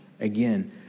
again